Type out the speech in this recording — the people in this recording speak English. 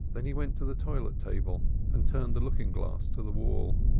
then he went to the toilet table and turned the looking-glass to the wall,